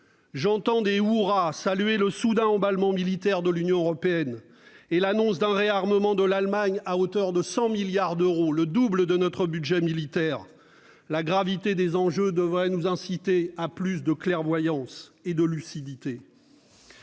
J'entends des hourras saluer le soudain emballement militaire de l'Union européenne et l'annonce d'un réarmement de l'Allemagne à hauteur de 100 milliards d'euros, le double de notre budget militaire. La gravité des enjeux devrait nous inciter à plus de clairvoyance et de lucidité.